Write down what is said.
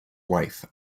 wife